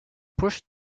pushed